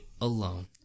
alone